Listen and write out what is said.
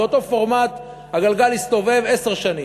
זה אותו פורמט, הגלגל הסתובב עשר שנים.